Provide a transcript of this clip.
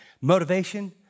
Motivation